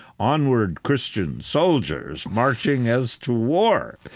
onward christian soldiers marching as to war.